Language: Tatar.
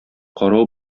карау